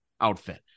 outfit